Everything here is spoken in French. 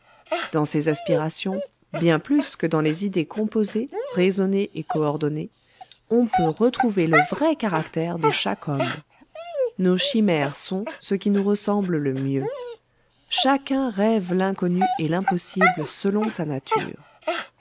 dans ces aspirations bien plus que dans les idées composées raisonnées et coordonnées on peut retrouver le vrai caractère de chaque homme nos chimères sont ce qui nous ressemble le mieux chacun rêve l'inconnu et l'impossible selon sa nature